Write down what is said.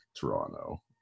Toronto